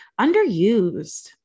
underused